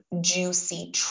juicy